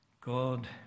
God